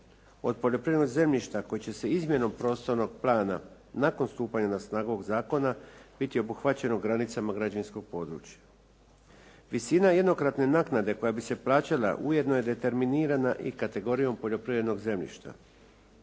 od poljoprivrednog zemljišta koji će se izmjenom prostornog plana nakon stupanja na snagu ovoga zakona biti obuhvaćeno u granicama građevinskog područja. Visina jednokratne naknade koja bi se plaćala ujedno je determinirana i kategorijom poljoprivrednog zemljišta.